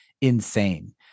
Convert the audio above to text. insane